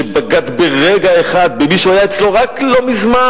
שבגד ברגע אחד במי שהיה אצלו רק לא מזמן,